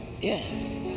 yes